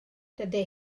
dydy